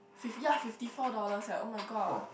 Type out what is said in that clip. fif~ yeah fifty four dollars eh [oh]-my-god